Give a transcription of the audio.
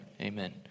Amen